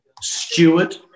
Steward